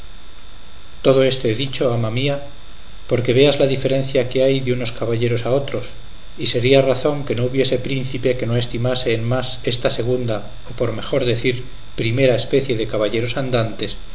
todo esto he dicho ama mía porque veas la diferencia que hay de unos caballeros a otros y sería razón que no hubiese príncipe que no estimase en más esta segunda o por mejor decir primera especie de caballeros andantes